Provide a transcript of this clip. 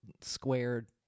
squared